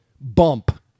bump